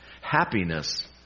Happiness